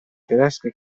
tedeschi